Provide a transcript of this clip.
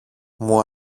μου